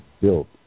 built